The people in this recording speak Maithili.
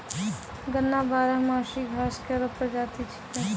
गन्ना बारहमासी घास केरो प्रजाति छिकै